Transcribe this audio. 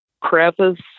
crevice